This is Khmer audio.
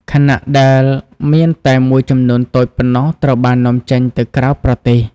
ខណៈដែលមានតែមួយចំនួនតូចប៉ុណ្ណោះត្រូវបាននាំចេញទៅក្រៅប្រទេស។